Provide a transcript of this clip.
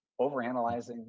overanalyzing